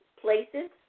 places